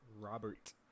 Robert